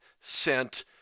sent –